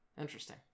Interesting